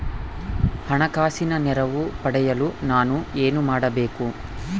ಹಣಕಾಸಿನ ನೆರವು ಪಡೆಯಲು ನಾನು ಏನು ಮಾಡಬೇಕು?